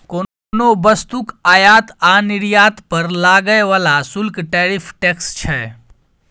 कोनो वस्तुक आयात आ निर्यात पर लागय बला शुल्क टैरिफ टैक्स छै